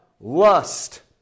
lust